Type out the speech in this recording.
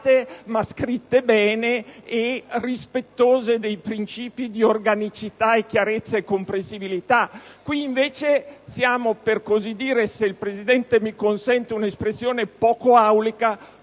ma scritte bene e rispettose dei principi di organicità, chiarezza e comprensibilità. Qui, invece, se il Presidente mi consente di usare un'espressione poco aulica,